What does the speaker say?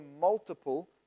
multiple